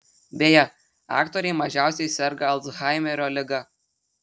beje aktoriai mažiausiai serga alzhaimerio liga